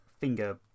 finger